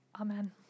Amen